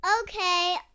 Okay